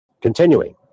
Continuing